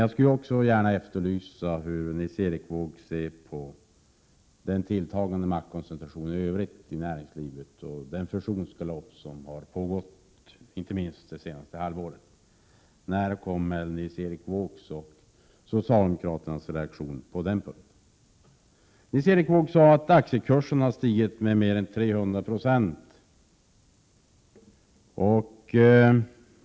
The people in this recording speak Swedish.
Jag skulle också gärna vilja efterlysa Nils Erik Wåågs uppfattning när det gäller den tilltagande maktkoncentrationen i övrigt i näringslivet och den fusionsgalopp som har pågått, inte minst under det senaste halvåret. När kommer Nils Erik Wåågs och socialdemokraternas reaktion på den punkten? Nils Erik Wååg sade att aktiekurserna har stigit med mer än 300 26.